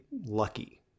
lucky